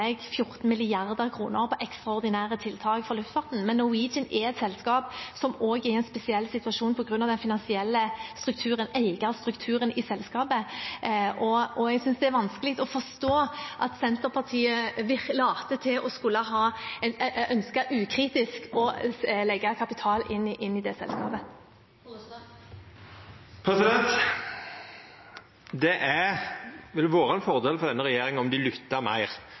14 mrd. kr på ekstraordinære tiltak for luftfarten. Men Norwegian er et selskap som også er i en spesiell situasjon på grunn av den finansielle strukturen, eierstrukturen i selskapet, og jeg synes det er vanskelig å forstå at Senterpartiet ukritisk later til å ønske å legge kapital inn i det selskapet. Det hadde vore ein fordel for denne regjeringa om